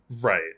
Right